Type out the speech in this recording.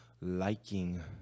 liking